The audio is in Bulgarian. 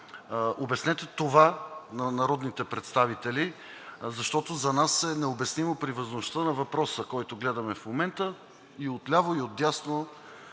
Обяснете това на народните представители. Защото за нас е необяснимо при важността на въпроса, който гледаме в момента – и отляво, и отдясно